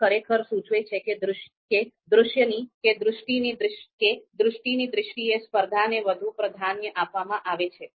આ ખરેખર સૂચવે છે કે દૃષ્ટિની દૃષ્ટિએ સ્પર્ધાને વધુ પ્રાધાન્ય આપવામાં આવે છે